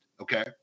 Okay